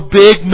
big